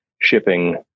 shipping